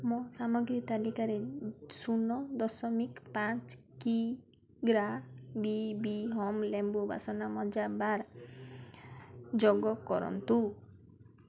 ମୋ ସାମଗ୍ରୀ ତାଲିକାରେ ଶୂନ ଦଶମିକ ପାଞ୍ଚ କି ଗ୍ରା ବି ବି ହୋମ୍ ଲେମ୍ବୁ ବାସନମଜା ବାର୍ ଯୋଗ କରନ୍ତୁ